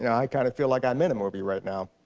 i kind of feel like i'm in a movie right now.